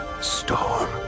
Storm